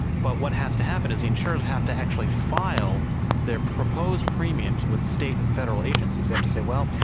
but what has to happen is the insurers have to actually file their proposed premiums with state and federal agencies, they have to say, well,